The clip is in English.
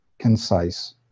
concise